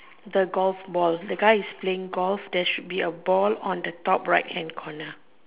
the golf ball the guy is playing golf there should be a ball on the top right hand corner